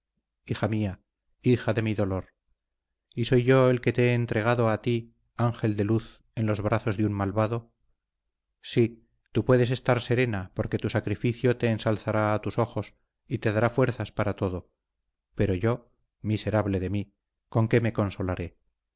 hija mía hija de mi dolor y soy yo el que te he entregado a ti ángel de luz en los brazos de un malvado sí tú puedes estar serena porque tu sacrificio te ensalzará a tus ojos y te dará fuerzas para todo pero yo miserable de mí con qué me consolaré